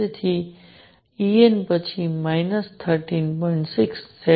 તેથી En પછી 13